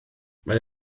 mae